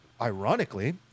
ironically